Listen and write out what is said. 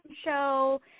Show